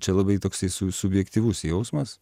čia labai toksai su subjektyvus jausmas